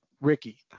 ricky